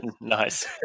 Nice